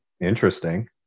interesting